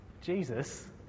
Jesus